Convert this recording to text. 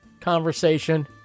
conversation